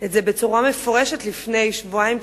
את זה בצורה מפורשת לפני שבועיים,